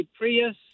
Prius